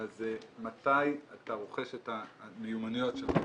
אלא זה מתי אתה רוכש את המיומנויות שלך.